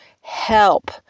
help